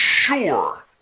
Sure